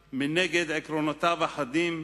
מנגד, עקרונותיו החדים,